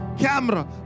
camera